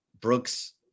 Brooks